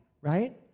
Right